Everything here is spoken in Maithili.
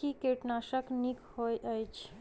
केँ कीटनाशक नीक होइ छै?